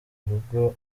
urugo